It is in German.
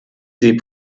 sie